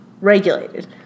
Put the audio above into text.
regulated